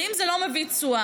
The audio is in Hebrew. ואם זה לא מביא תשואה,